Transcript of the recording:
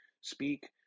speak